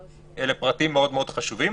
אלה פרטים מאוד מאוד חשובים,